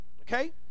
okay